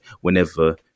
whenever